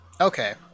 Okay